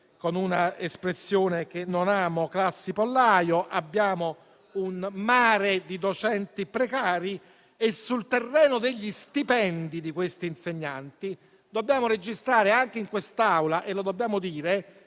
una espressione che non amo - classi pollaio, abbiamo un mare di docenti precari. Sul terreno degli stipendi di questi insegnanti dobbiamo registrare anche in quest'Aula che, secondo